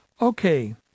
Okay